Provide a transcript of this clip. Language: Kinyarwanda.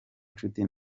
nshuti